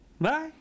bye